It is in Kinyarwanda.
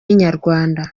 inyarwanda